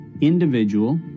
individual